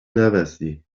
نبستی